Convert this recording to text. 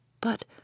But